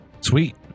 Sweet